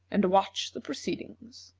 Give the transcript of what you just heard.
and watch the proceedings.